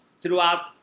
throughout